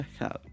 checkout